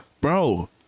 Bro